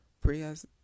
Prayers